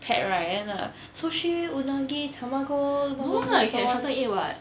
pet right then sushi unagi tamago don